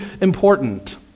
important